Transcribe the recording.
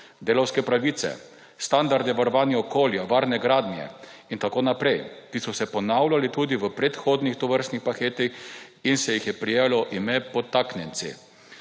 delavske pravice, standardi varovanja okolja, varne gradnje in tako naprej, ki so se ponavljali tudi v predhodnih tovrstnih paketih in se jih je prijelo ime podtaknjenci.